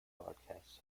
broadcasts